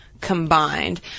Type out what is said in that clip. Combined